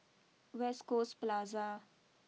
West Coast Plaza